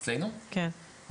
אצלנו?